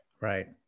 Right